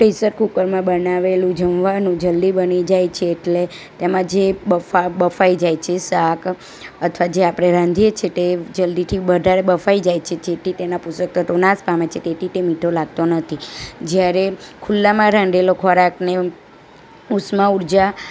pressure કૂકરમાં બનાવેલું જમવાનું જલ્દી બની જાય છે એટલે તેમાં જે બફા બફાઈ જાય છે શાક અથવા જે આપણે રાંધીએ છીએ તે જલ્દીથી વધારે બફાઈ જાય છે જેથી તેના પોષક તત્વો નાશ પામે છે તેથી તે મીઠો લાગતો નથી જ્યારે ખુલ્લામાં રાંધેલો ખોરાકને ઉષ્મા ઉર્જા